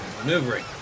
maneuvering